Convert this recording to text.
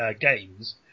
games